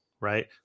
right